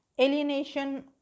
alienation